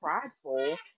prideful